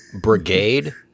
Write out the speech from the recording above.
Brigade